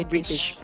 British